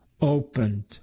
opened